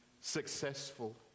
successful